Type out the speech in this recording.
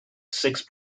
six